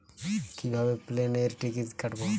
কিভাবে প্লেনের টিকিট কাটব?